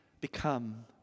become